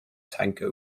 tango